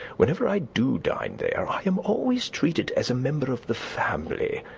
whenever i do dine there i am always treated as a member of the family,